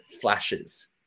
flashes